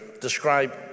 describe